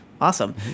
Awesome